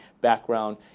background